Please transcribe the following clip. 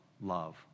love